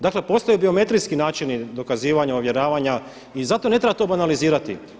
Dakle, postoje biometrijski načini dokazivanja, ovjeravanja i zato ne treba to banalizirati.